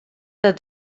dat